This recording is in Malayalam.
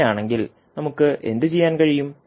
അങ്ങനെയാണെങ്കിൽ നമുക്ക് എന്തുചെയ്യാൻ കഴിയും